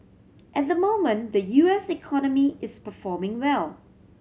at the moment the U S economy is performing well